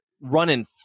running